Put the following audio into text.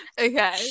okay